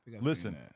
listen